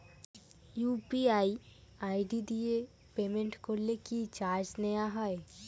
UPI ID দিয়ে payment করলে কি চার্জ নেয়া হয়?